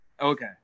Okay